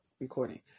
recording